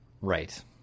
Right